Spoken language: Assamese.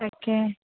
তাকে